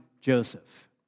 Joseph